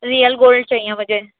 real gold چاہئے مجھے